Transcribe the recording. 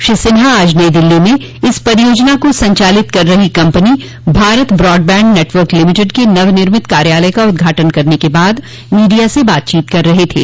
श्री सिन्हा आज नई दिल्ली में इस परियोजना को संचालित कर रही company Bharat broadband network limited के नवनिर्मित कार्यालय का उदघाटन करने के बाद मीडिया से बातचीत कर रहे थे